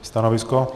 Stanovisko?